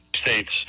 State's